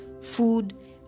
food